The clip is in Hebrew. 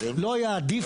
לא היה עדיף?